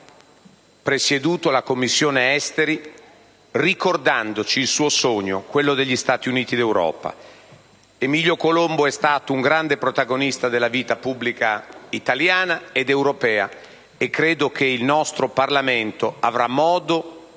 al Senato, ed anche la Commissione esteri, ricordandoci il suo sogno: quello degli Stati Uniti d'Europa. Emilio Colombo è stato un grande protagonista della vita pubblica italiana ed europea, e credo che il nostro Parlamento avrà modo